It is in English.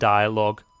Dialogue